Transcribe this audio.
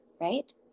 right